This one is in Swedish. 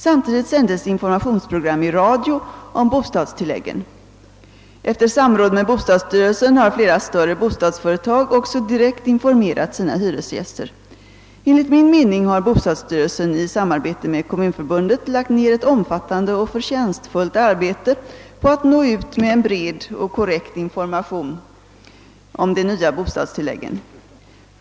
Samtidigt sändes informationsprogram i radio om bostadstilläggen. Efter samråd med bostadsstyrelsen har flera större bostadsföretag också direkt informerat sina hyresgäster. Enligt min mening har bostadsstyrelsen i samarbete med Kommunförbundet lagt ner ett omfattande och förtjänstfullt arbete på att nå ut med en bred och korrekt information om de nya bostadstilläggen.